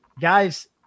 Guys